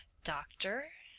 doctor,